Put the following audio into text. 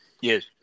Yes